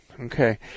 Okay